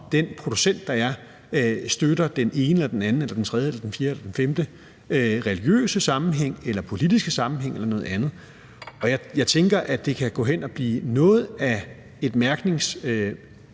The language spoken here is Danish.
den producent, der er, støtter den ene eller den anden eller den tredje eller den fjerde eller den femte religiøse sammenhæng eller politiske sammenhæng eller noget andet, og jeg tænker, at det kan gå hen og blive noget af et mærkningscirkus,